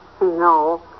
No